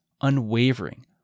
unwavering